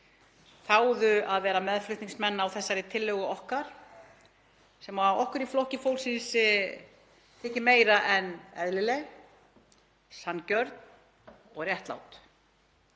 þáðu að vera meðflutningsmenn á þessari tillögu okkar sem okkur í Flokki fólksins þykir meira en eðlileg, sanngjörn og réttlát: